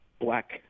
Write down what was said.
black